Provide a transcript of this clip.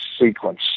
sequence